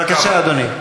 בבקשה, אדוני.